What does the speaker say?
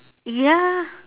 ya